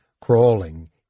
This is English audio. crawling